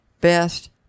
Best